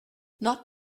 not